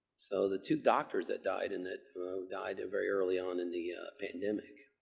so, the two doctors that died and that died very early on in the pandemic.